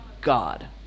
God